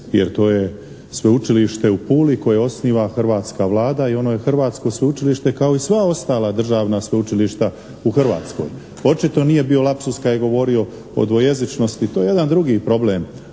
jer to je Sveučilište u Puli koje osniva hrvatska Vlada i ono je hrvatsko sveučilište kao i sva ostala državna sveučilišta u Hrvatskoj. Očito nije bio lapsus kada je govorio o dvojezičnosti. To je jedan drugi problem